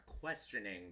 questioning